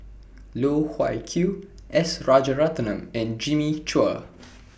Loh Wai Kiew S Rajaratnam and Jimmy Chua